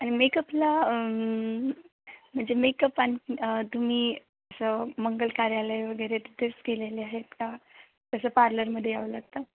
आणि मेकअपला म्हणजे मेकअप आणि तुम्ही असं मंगल कार्यालय वगैरे तिथेच केलेले आहेत का तसं पार्लरमध्ये यावं लागतं